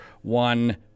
one